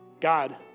God